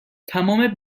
تمام